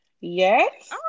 Yes